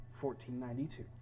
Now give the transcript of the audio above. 1492